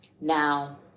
Now